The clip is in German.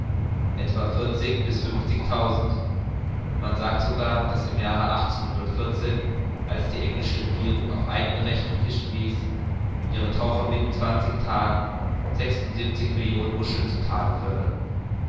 etwa vierzig bis fünfzigtausend man sagt sogar daß im jahre als die englische regierung auf eigene rechnung fischen ließ ihre taucher binnen zwanzig tagen sechsundsiebenzig millionen muscheln zu tage förderten